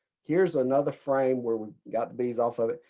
here's another frame where we got the bees off of it.